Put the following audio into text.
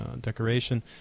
decoration